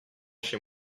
chez